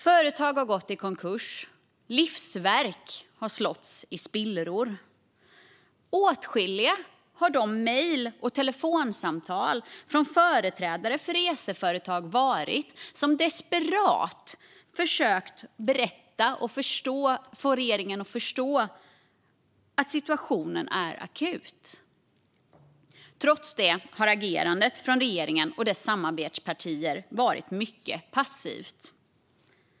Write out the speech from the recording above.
Företag har gått i konkurs. Livsverk har slagits i spillror. Det har kommit åtskilliga mejl och telefonsamtal från företrädare för reseföretag som desperat försökt berätta och få regeringen att förstå att situationen är akut. Trots det har agerandet från regeringen och dess samarbetspartier varit mycket passivt.